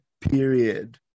period